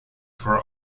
for